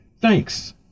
thanks